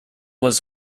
was